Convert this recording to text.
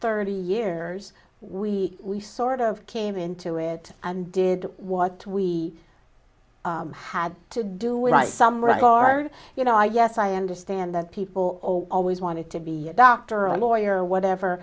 thirty years we we sort of came into it and did what we had to do with some guard you know i yes i understand that people always wanted to be a doctor or a lawyer or whatever